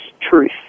truth